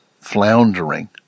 floundering